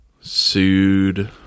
Sued